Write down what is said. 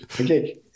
Okay